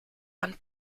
and